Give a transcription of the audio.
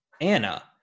Anna